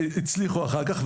הצליחו אחר כך.